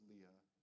Leah